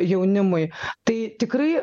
jaunimui tai tikrai